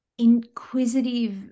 inquisitive